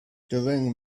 during